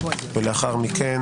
לאחר מכן